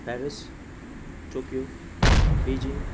Paris Tokyo Beijing